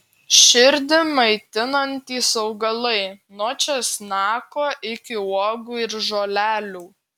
širdį maitinantys augalai nuo česnako iki uogų ir žolelių